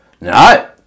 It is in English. no